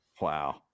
Wow